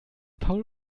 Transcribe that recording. paul